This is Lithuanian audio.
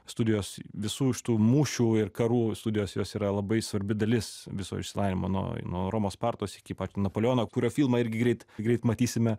studijos visų šitų mūšių ir karų studijos jos yra labai svarbi dalis viso išsilavinimo nuo nuo romos spartos iki pat napoleono kurio filmą irgi greit greit matysime